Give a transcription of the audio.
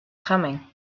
coming